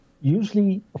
Usually